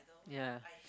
ya